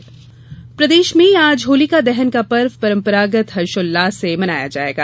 होलिका दहन प्रदेश में आज होलिका दहन का पर्व परंपरागत हर्षोल्लास से मनाया जायेगा